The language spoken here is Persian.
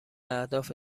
اهداف